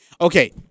Okay